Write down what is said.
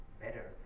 better